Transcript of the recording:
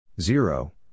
zero